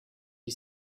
you